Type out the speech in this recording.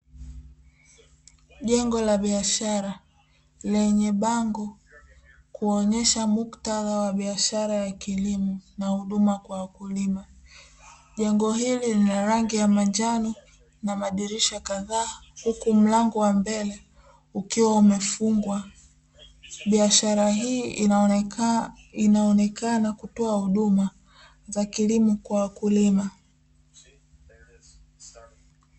Jengo la biashara lenye bango kuonyesha muktadha wa biashara ya kilimo na huduma kwa wakulima, jengo hili lina rangi ya manjano na madirisha kadhaa huku mlango wa mbele ukiwa umefungwa, biashara hii inaonekana kutoa huduma za kilimo kwa wakulima.